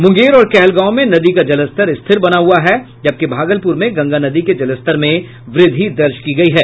मुंगेर और कहलगांव में नदी का जलस्तर रिथर बना हुआ है जबकि भागलपुर में गंगा नदी के जलस्तर में वृद्धि दर्ज की गयी है